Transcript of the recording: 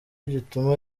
gituma